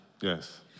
Yes